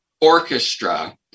orchestra